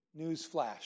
Newsflash